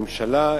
הממשלה,